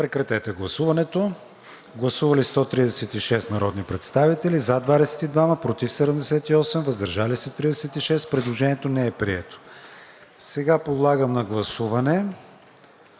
се приеме за уточнение. Гласували 125 народни представители: за 25, против 78, въздържали се 22. Предложението не е прието. Сега ще подложа на гласуване